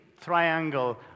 triangle